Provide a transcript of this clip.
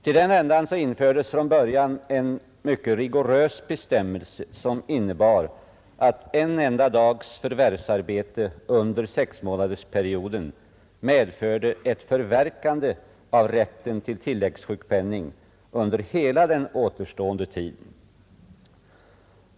I det syftet infördes från början en mycket rigorös bestämmelse, som innebar att en enda dags förvärvsarbete under 6-månadersperioden medförde ett förverkande av rätten till tilläggssjukpenning under hela den återstående tiden.